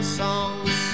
songs